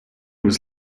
was